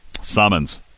Summons